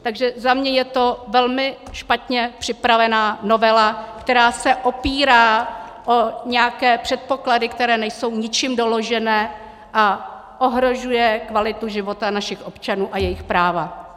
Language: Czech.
Takže za mě je to velmi špatně připravená novela, která se opírá o nějaké předpoklady, které nejsou ničím doložené, a ohrožuje kvalitu života našich občanů a jejich práva.